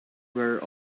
were